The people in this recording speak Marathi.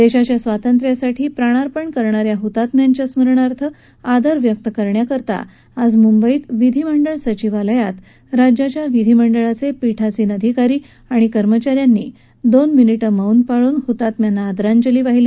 देशाच्या स्वातंत्र्यासाठी प्राणार्पण केलेल्या हुतात्म्यांच्या स्मरणार्थ आदर व्यक्त करण्याकरता आज मुंबईत विधिमंडळ सचिवालयात राज्याच्या विधीमंडळाचे पीठासीन अधिकारी आणि कर्मचा यांनी दोन मिनिटे मौन पाळून हुतात्म्यांना श्रद्धांजली वाहिली